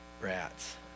rats